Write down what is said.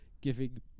giving